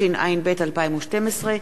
התשע"ב 2012,